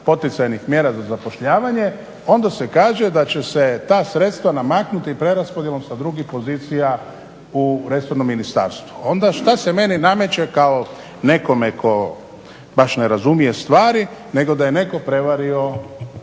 poticajnih mjera za zapošljavanje onda se kaže da će se ta sredstva namaknuti preraspodjelom sa drugih pozicija u resornom ministarstvu. Onda šta se meni nameće kao nekome tko baš ne razumije stvari nego da je netko prevario